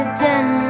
den